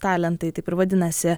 talentai taip ir vadinasi